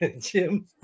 Jim